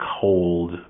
cold